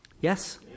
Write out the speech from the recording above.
yes